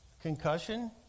concussion